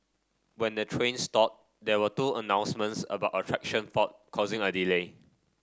when the train stalled there were two announcements about a traction fault causing a delay